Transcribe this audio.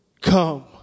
come